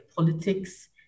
politics